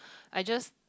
I just